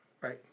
right